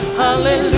hallelujah